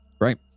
right